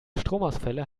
stromausfälle